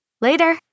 Later